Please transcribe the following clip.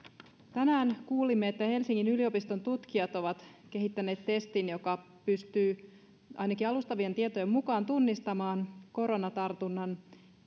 tänään kuulimme että helsingin yliopiston tutkijat ovat kehittäneet testin joka pystyy ainakin alustavien tietojen mukaan tunnistamaan koronatartunnan